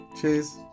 Cheers